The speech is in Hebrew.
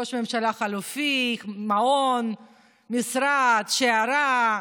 ראש ממשלה חלופי, מעון, משרד, שיירה,